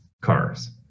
cars